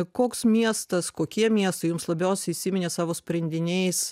koks miestas kokie miestai jums labiausiai įsiminė savo sprendiniais